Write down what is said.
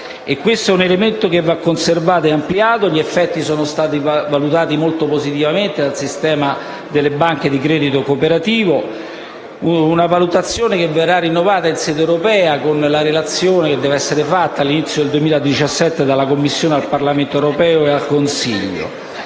Questo è un elemento che va conservato ed ampliato; gli effetti sono stati valutati molto positivamente dal sistema delle banche di credito cooperativo. Tale valutazione verrà rinnovata in sede europea, con la relazione della Commissione europea al Parlamento europeo e al Consiglio